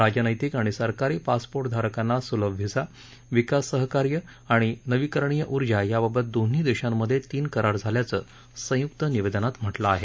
राजनैतिक आणि सरकारी पासपोर्टधारकांना सुलभ व्हिसा विकास सहकार्य आणि नवीकरणीय उर्जा याबाबत दोन्ही देशांमध्ये तीन करार झाल्याचं संयुक्त निवेदनात म्हटलं आहे